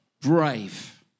brave